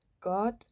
God